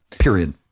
Period